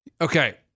Okay